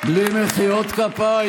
בלי מחיאות כפיים.